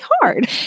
hard